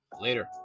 Later